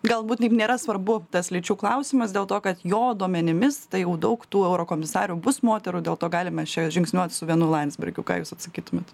galbūt taip nėra svarbu tas lyčių klausimas dėl to kad jo duomenimis tai jau daug tų eurokomisarų bus moterų dėl to galime čia žingsniuot su vienu landsbergiu ką jūs atsakytumėt